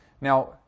Now